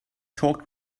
talked